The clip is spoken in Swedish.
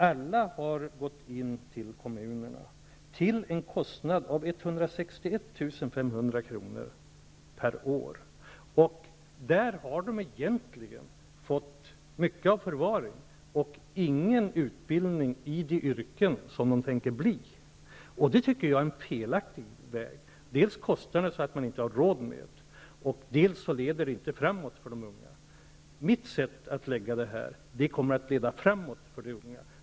Alla har gått in till kommunerna, till en kostnad av 161 500 kr. per år. Där har de egentligen fått mycket av förvaring och ingen utbildning i de yrken som de tänker ägna sig åt. Det tycker jag är en felaktig väg. Dels kostar den så mycket att man inte har råd med den, dels leder den inte framåt för de unga. Mitt sätt att lägga upp det här kommer att leda framåt för de unga.